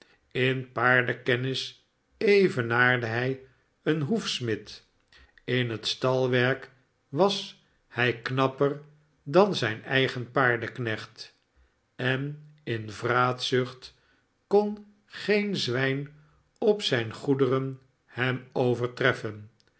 in paardenkennis evenaarde hij een hoefsmid in het stalwerk was hi knapper dan zijn eigen paardenknecht en in vraatzucht kon geen zwrjn op ziine goederen hem overtreffen